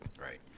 Right